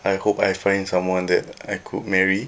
I hope I find someone that I could marry